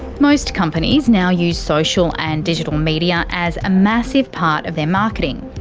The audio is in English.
most companies now use social and digital media as a massive part of their marketing,